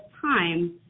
time